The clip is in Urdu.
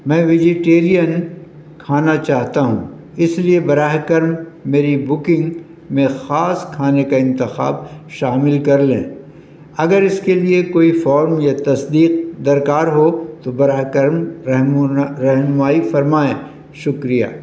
میں ویجیٹیرین کھانا چاہتا ہوں اس لیے براہ کرم میری بکنگ میں خاص کھانے کا انتخاب شامل کر لیں اگر اس کے لیے کوئی فارم یا تصدیق درکار ہو تو براہ کرم رہم رہ رہنمائی فرمائےیں شکریہ